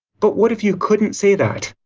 but what if you couldn't say that?